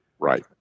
Right